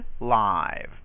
live